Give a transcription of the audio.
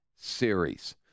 series